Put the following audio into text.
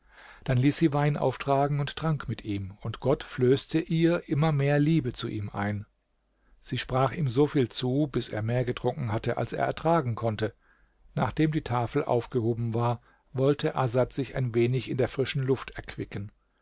dann ließ sie wein auftragen und trank mit ihm und gott flößte ihr immer mehr liebe zu ihm ein sie sprach ihm so viel zu bis er mehr getrunken hatte als er ertragen konnte nachdem die tafel aufgehoben war wollte asad sich ein wenig in der frischen luft erquicken